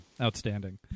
Outstanding